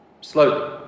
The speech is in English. slowly